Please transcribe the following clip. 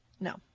No